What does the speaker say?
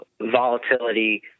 volatility